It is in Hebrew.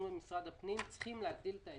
במשרד הפנים צריכים להגדיל את ההיצע.